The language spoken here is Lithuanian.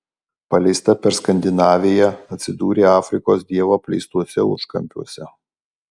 paleista per skandinaviją atsidūrė afrikos dievo apleistuose užkampiuose